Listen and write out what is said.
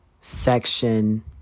section